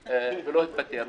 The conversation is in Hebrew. התפטר.